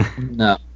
No